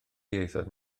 ieithoedd